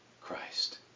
Christ